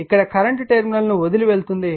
ఇక్కడ current terminal ను వదిలి వెళ్తుంది